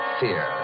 fear